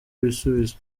ibisubizo